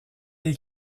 est